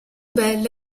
bella